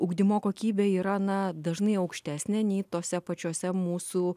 ugdymo kokybė yra na dažnai aukštesnė nei tose pačiose mūsų